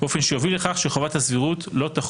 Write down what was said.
באופן שיוביל לכך שחובת הסבירות לא תחול